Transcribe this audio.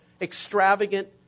extravagant